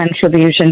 Contribution